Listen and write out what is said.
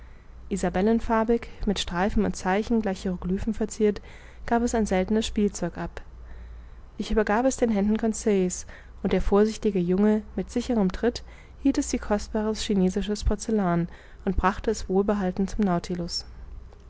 hätte isabellenfarbig mit streifen und zeichen gleich hieroglyphen verziert gab es ein seltenes spielzeug ab ich übergab es den händen conseil's und der vorsichtige junge mit sicherem tritt hielt es wie kostbares chinesisches porzellan und brachte es wohlbehalten